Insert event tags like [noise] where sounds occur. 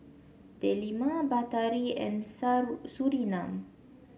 Delima Batari and [unintelligible] Surinam